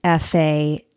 FA